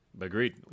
Agreed